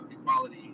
equality